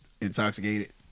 intoxicated